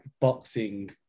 boxing